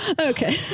Okay